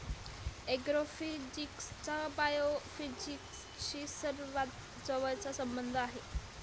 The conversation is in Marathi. ऍग्रोफिजिक्सचा बायोफिजिक्सशी सर्वात जवळचा संबंध आहे